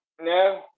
no